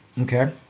Okay